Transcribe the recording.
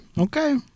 Okay